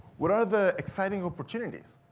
what are the exciting opportunities?